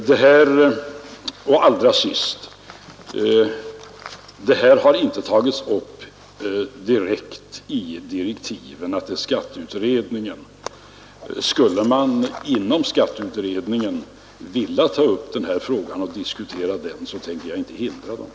Allra sist vill jag säga att detta inte har tagits upp direkt i direktiven till skatteutredningen. Skulle man inom skatteutredningen vilja ta upp den här frågan och diskutera den, så tänker jag inte hindra det.